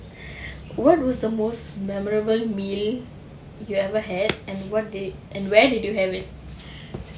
what was the most memorable meal you ever had and what did and where did you have it